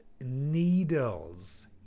needles